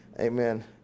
amen